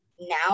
now